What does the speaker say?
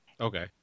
Okay